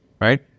right